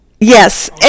Yes